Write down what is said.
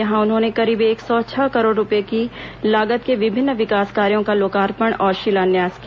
यहां उन्होंने करीब एक सौ छह करोड़ रूपये के लागत के विभिन्न विकास कार्यों का लोकार्पण और शिलान्यास किया